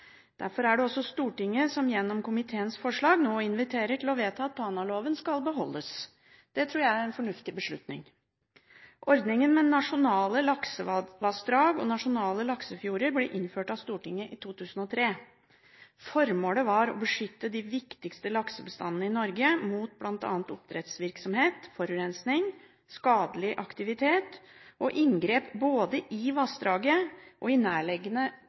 Derfor er det også Stortinget som gjennom komiteens forslag nå inviterer til å vedta at Tanaloven skal beholdes. Det tror jeg er en fornuftig beslutning. Ordningen med nasjonale laksevassdrag og nasjonale laksefjorder ble innført av Stortinget i 2003. Formålet var å beskytte de viktigste laksebestandene i Norge mot bl.a. oppdrettsvirksomhet, forurensning, skadelig aktivitet og inngrep både i vassdraget og i nærliggende